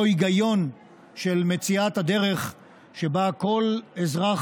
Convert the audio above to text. אותו היגיון של מציאת הדרך שבה כל אזרח